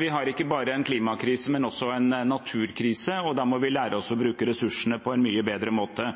vi har ikke bare en klimakrise, men også en naturkrise, og da må vi lære oss å bruke ressursene på en mye bedre måte.